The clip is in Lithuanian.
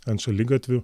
ant šaligatvių